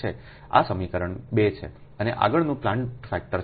તો આ સમીકરણ 2 છે અને આગળનું પ્લાન્ટ ફેક્ટર છે